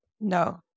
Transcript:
No